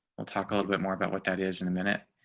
we'll talk a little bit more about what that is in a minute.